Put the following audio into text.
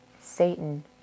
Satan